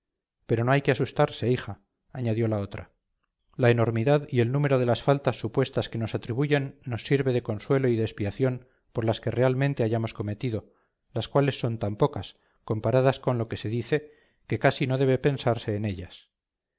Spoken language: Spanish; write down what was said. pero no hay que asustarse hija añadió la otra la enormidad y el número de las faltas supuestas que nos atribuyen nos sirve de consuelo y de expiación por las que realmente hayamos cometido las cuales son tan pocas comparadas con lo que se dice que casi no debe pensarse en ellas